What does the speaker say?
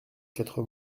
quatre